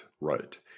right